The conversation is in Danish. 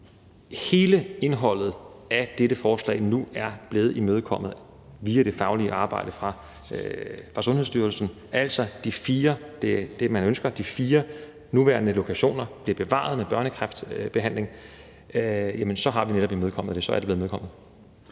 at hele indholdet af dette forslag nu er blevet imødekommet via det faglige arbejde fra Sundhedsstyrelsen, altså at de fire nuværende lokationer bliver bevaret med børnekræftbehandling, som er det, man ønsker;